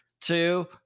two